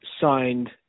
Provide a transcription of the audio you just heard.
signed